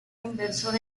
inversor